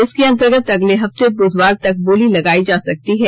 इसके अंतर्गत अगले हफ्ते बुधवार तक बोली लगाई जा सकती है